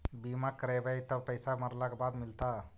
बिमा करैबैय त पैसा मरला के बाद मिलता?